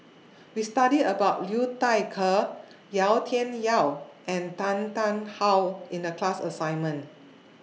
We studied about Liu Thai Ker Yau Tian Yau and Tan Tarn How in The class assignment